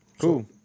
cool